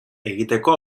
egiteko